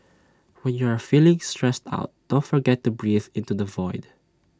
when you are feeling stressed out don't forget to breathe into the void